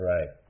Right